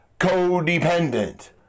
codependent